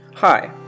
Hi